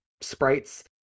sprites